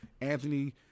Anthony